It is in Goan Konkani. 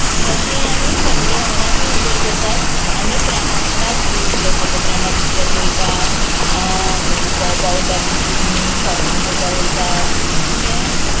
आनी अशी आमी फॅमिली वांगडा बी एन्जॉय करतात आनी फ्रेंडां वांगडा बी एन्जॉय करता फ्रेंडां पिक्चर पयता भोंवपाक वयता बिचींनी शॉपिंग कोरपा वयता अशें